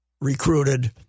recruited